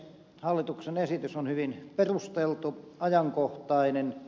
hallituksen esitys on hyvin perusteltu ajankohtainen